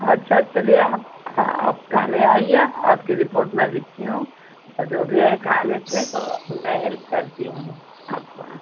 अच्छा चलिए आप हाँ आप थाने आइए आपकी रिपोट मैं लिखती हूँ और जो भी हैं थाने से मैं हेल्प करती हूँ आपका